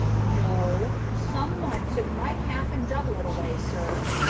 no someone took my cap and doublet away, sir.